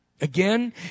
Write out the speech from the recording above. Again